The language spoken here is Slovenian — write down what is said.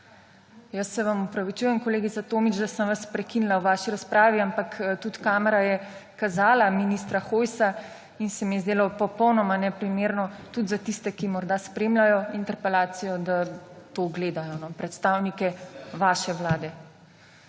Jaz se vam opravičujem, kolegica Tomić, da sem vas prekinila v vaši razpravi, ampak tudi kamera je kazala ministra Hojsa, in se mi je zdelo popolnoma neprimerno tudi za tiste, ki morda spremljajo interpelacijo, da to gledajo, predstavnike vaše vlade.